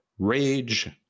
rage